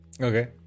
okay